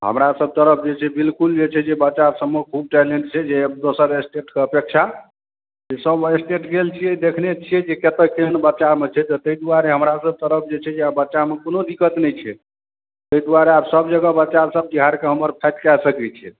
हमरा सब तरफ जे छै बिलकुल जे छै जे बच्चा सब मे खूब टैलेंट छै जे दोसर स्टेट के अपेक्षा से सब स्टेट गेल छियै देखने छियै कतऽ केहेन बच्चा मे छै तऽ ताहि दुआरे हमरा मे सब तरफ जे छै बच्चा मे कोनो दिक्कत नहि छै ताहि दुआरे आब सब जगह बच्चा सब जे छै हमर फाइट कए सकै छै